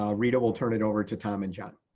um rita will turn it over to tom and john.